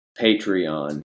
Patreon